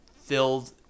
filled